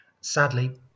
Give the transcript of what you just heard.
sadly